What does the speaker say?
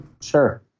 Sure